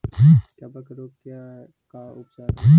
कबक रोग के का उपचार है?